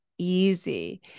easy